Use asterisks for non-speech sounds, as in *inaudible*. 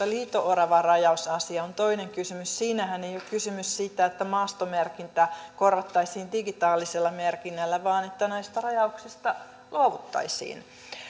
*unintelligible* liito oravarajausasia on toinen kysymys siinähän ei ole kysymys siitä että maastomerkintä korvattaisiin digitaalisella merkinnällä vaan että näistä rajauksista luovuttaisiin